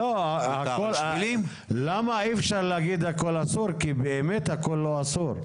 אי אפשר להגיד הכול אסור, כי באמת הכול לא אסור.